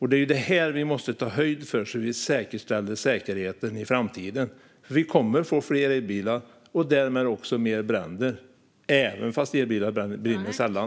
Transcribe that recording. Det är detta vi måste ta höjd för, så att vi säkerställer säkerheten i framtiden. Vi kommer nämligen att få fler elbilar och därmed också mer bränder, trots att elbilar brinner sällan.